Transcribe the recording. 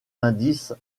indices